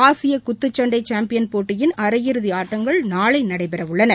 ஆசியகுத்துச்சண்டைசாம்பியன் போட்டியின் அரையிறுதிஆட்டங்கள் நாளைநடைபெறஉள்ளன